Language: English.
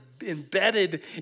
embedded